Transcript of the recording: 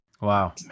Wow